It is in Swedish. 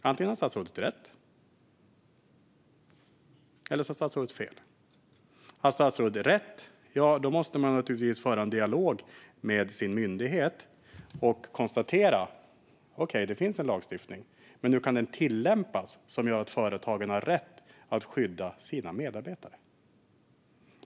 Antingen har statsrådet rätt, eller också har statsrådet fel. Har statsrådet rätt måste regeringen naturligtvis föra en dialog med sin myndighet - konstatera att det finns en lagstiftning och se över hur den kan tillämpas på ett sätt som ger företagarna rätt att skydda sina medarbetare.